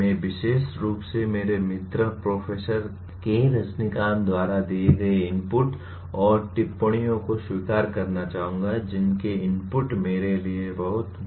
मैं विशेष रूप से मेरे मित्र प्रो के रजनीकांत द्वारा दिए गए इनपुट और टिप्पणियों को स्वीकार करना चाहूंगा जिनके इनपुट मेरे लिए बहुत मूल्यवान हैं